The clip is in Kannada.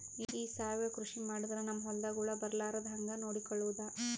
ಈ ಸಾವಯವ ಕೃಷಿ ಮಾಡದ್ರ ನಮ್ ಹೊಲ್ದಾಗ ಹುಳ ಬರಲಾರದ ಹಂಗ್ ನೋಡಿಕೊಳ್ಳುವುದ?